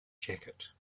jacket